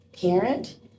parent